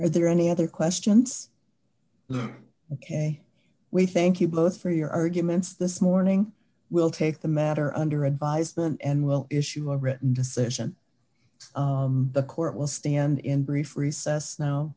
are there any other questions we thank you both for your arguments this morning will take the matter under advisement and will issue a written decision the court will stand in brief recess